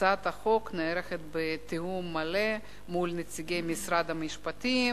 הצעת החוק נערכת בתיאום מלא מול נציגי משרד המשפטים